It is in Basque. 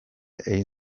egin